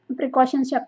precautions